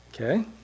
Okay